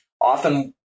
often